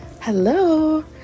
Hello